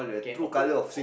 can open